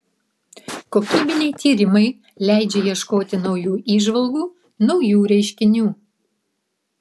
kokybiniai tyrimai leidžia ieškoti naujų įžvalgų naujų reiškinių